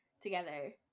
together